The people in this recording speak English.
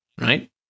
Right